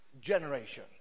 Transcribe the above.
generation